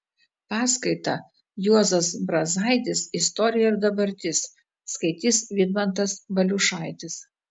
paskaitą juozas brazaitis istorija ir dabartis skaitys vidmantas valiušaitis